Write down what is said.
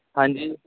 ਹਾਂਜੀ